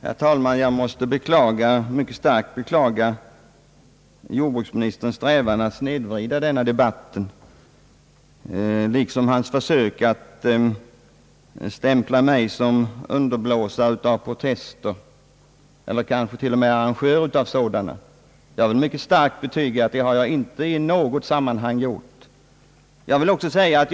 Herr talman! Jag måste mycket starkt beklaga jordbruksministerns strävan att snedvrida denna debatt liksom hans försök att stämpla mig såsom underblåsare av protester eller kanske till och med såsom arrangör av sådana. Jag vill betyga att jag inte i något sammanhang har medverkat i den riktningen.